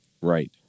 Right